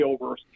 over